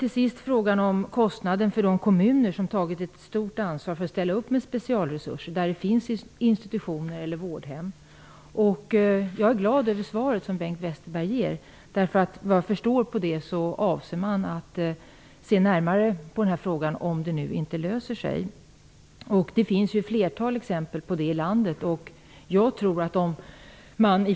Till sist gällde det kostnaden för de kommuner som tagit ett stort ansvar för att ställa upp med specialresurser och där det finns institutioner eller vårdhem. Jag är glad över det svar som Bengt Westerberg ger. Efter vad jag förstår avser Bengt Westerberg att se närmare på den här frågan om den inte löser sig. Det finns ju ett flertal exempel på hur detta fungerar ute i landet.